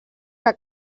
que